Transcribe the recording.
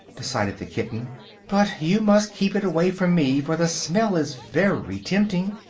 decided the kitten but you must keep it away from me, for the smell is very tempting.